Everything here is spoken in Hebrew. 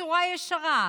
בצורה ישרה: